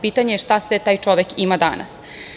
Pitanje je – šta sve taj čovek ima danas?